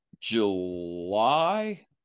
July